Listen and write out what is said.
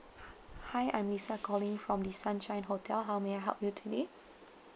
hi I'm lisa calling from the sunshine hotel how may I help you today